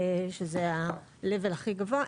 שזה ה-level הכי גבוה.